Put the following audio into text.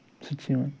سُہ تہِ چھُ یِوان